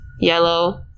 yellow